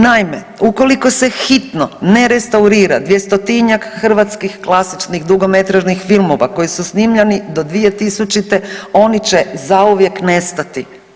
Naime, ukoliko se hitno ne restaurira 200-tinjak hrvatskih klasičnih dugometražnih filmova koji su snimljeni do 2000. oni će zauvijek nestati.